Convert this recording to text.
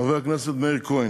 חבר הכנסת מאיר כהן,